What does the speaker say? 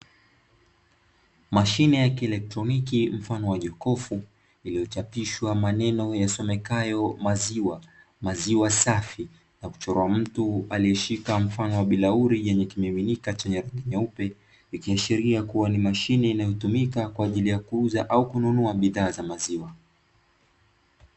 Mashine ya kielektoniki mfano wa jokofu iliyochapishwa maneno yasomekayo MAZIWA-MAZIWA SAFI na kuchorwa mtu alieshika mfano wa bilauri yenye kimiminika chenye rangi nyeupe, ikiashiria kuwa ni mashine inayotumika kwaajili ya kuuza au kununua bidhaa za maziwa.